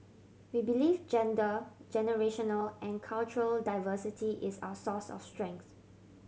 we believe gender generational and cultural diversity is our source of strength